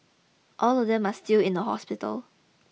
all of them are still in a hospital